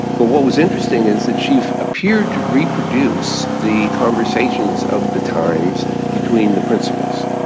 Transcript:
but what was interesting is that she appeared to reproduce the conversations of the times between the principals.